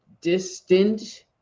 distant